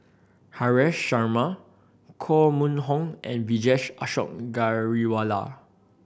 Haresh Sharma Koh Mun Hong and Vijesh Ashok Ghariwala